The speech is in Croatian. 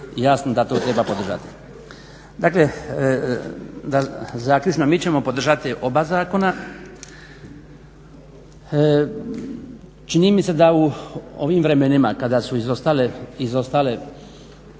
jasno da to treba podržati. Dakle, zaključno mi ćemo podržati oba zakona. Čini mi se da u ovim vremenima kada su izostale,